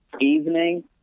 evening